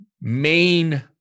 main